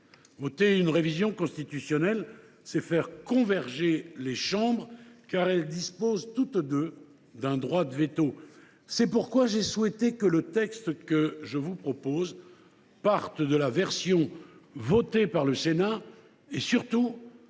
Voter une révision constitutionnelle, c’est faire converger les chambres, car elles disposent toutes deux d’un droit de veto. C’est pourquoi j’ai souhaité que le texte que je vous propose parte de la version votée par le Sénat et, surtout,